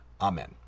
Amen